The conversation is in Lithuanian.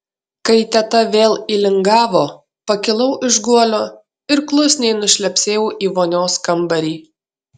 kai teta vėl įlingavo pakilau iš guolio ir klusniai nušlepsėjau į vonios kambarį